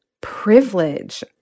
privilege